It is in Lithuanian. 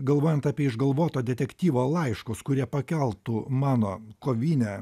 kalbant galvojant apie išgalvoto detektyvo laiškus kurie pakeltų mano kovinę